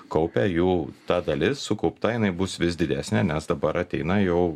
kaupia jų ta dalis sukaupta jinai bus vis didesnė nes dabar ateina jau